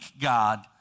God